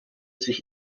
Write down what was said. sich